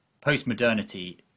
post-modernity